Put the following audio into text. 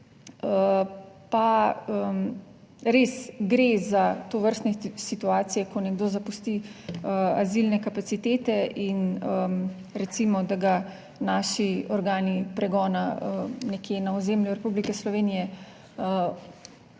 res gre za tovrstne situacije, ko nekdo zapusti azilne kapacitete in recimo, da ga naši organi pregona nekje na ozemlju Republike Slovenije